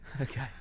Okay